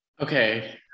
Okay